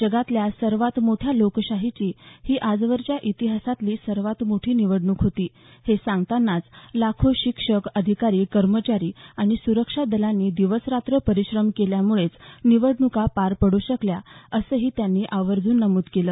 जगातल्या सर्वात मोठ्या लोकशाहीची ही आजवरच्या इतिहासातली सर्वात मोठी निवडणूक होती हे सांगतानाच लाखो शिक्षक अधिकारी कर्मचारी आणि सुरक्षा दलांनी दिवस रात्र परिश्रम केल्यामुळेच निवडणुका पार पडू शकल्या असंही त्यांनी आवर्जून नमूद केलं